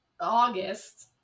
August